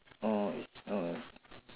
mm mm